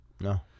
No